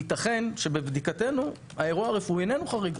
ייתכן, שבבדיקתנו, האירוע הרפואי איננו חריג.